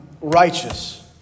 righteous